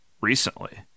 recently